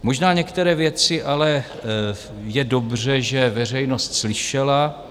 Možná některé věci je ale dobře, že veřejnost slyšela.